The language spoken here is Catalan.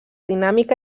dinàmica